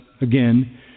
again